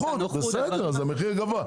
בסדר, אז המחיר גבוה.